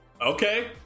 Okay